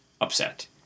upset